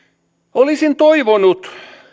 olisin toivonut